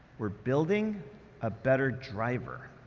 we're building a better driver.